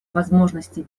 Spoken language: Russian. возможностей